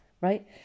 right